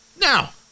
Now